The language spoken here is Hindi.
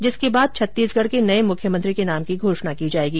जिसके बाद छत्तीसगढ़ के नये मुख्यमंत्री के नाम की घोषणा की जाएगी